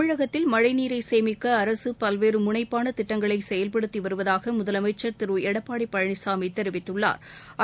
தமிழகத்தில் மழழநீரை சேமிக்க அரசு பல்வேறு முனைப்பான திட்டங்களை செயல்படுத்தி வருவதாக முதலமைச்சா் திரு எடப்பாடி பழனிசாமி தெரிவித்துள்ளாா்